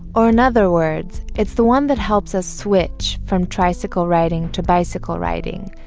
or in other words, it's the one that helps us switch from tricycle riding to bicycle riding.